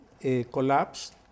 collapsed